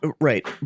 Right